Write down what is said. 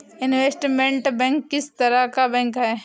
Investment bank किस तरह का बैंक है?